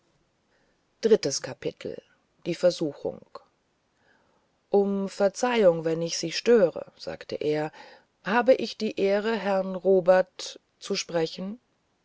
um verzeihung wenn ich sie störe sagte er habe ich die ehre herrn robert zu sprechen